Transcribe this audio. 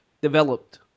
developed